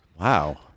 Wow